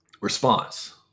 response